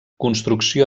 construcció